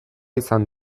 izan